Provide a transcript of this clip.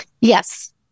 Yes